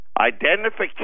identification